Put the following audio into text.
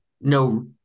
no